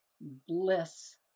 bliss